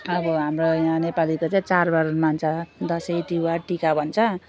अब हाम्रो यहाँ नेपालीको चाहिँ चाडबाड मान्छ दसैँ तिहार टिका भन्छ